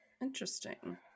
Interesting